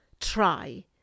try